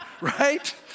Right